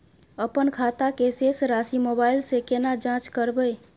अपन खाता के शेस राशि मोबाइल से केना जाँच करबै?